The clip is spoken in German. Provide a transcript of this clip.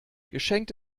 geschenkt